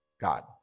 God